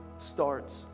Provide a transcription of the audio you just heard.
starts